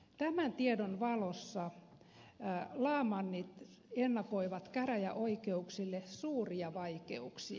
tämän tiedon valossa laamannit ennakoivat käräjäoikeuksille suuria vaikeuksia